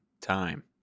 time